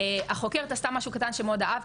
החוקרת עשתה משהו קטן שמאד אהבתי,